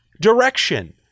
direction